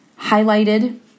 highlighted